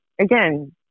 Again